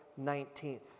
19th